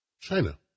China